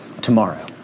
tomorrow